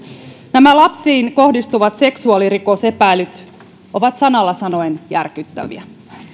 nämä lapsiin kohdistuvat seksuaalirikosepäilyt ovat sanalla sanoen järkyttäviä